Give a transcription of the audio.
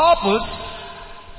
purpose